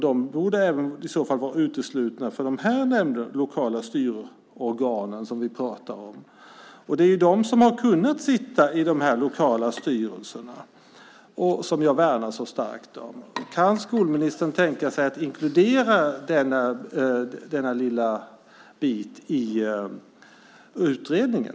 De borde i så fall även vara uteslutna från de här lokala styrorganen, som vi pratar om. Det är ju de som har kunnat sitta i de här lokala styrelserna, som jag värnar så starkt. Kan skolministern tänka sig att inkludera denna lilla bit i utredningen?